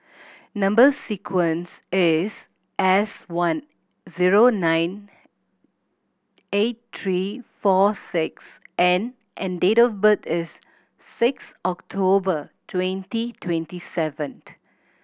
number sequence is S one zero nine eight three four six N and date of birth is six October twenty twenty seventh